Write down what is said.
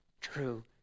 true